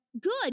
good